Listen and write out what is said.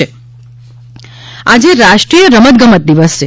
ડાંગ રમતગમત દિવસ આજે રાષ્ટ્રીય રમતગમત દિવસ છે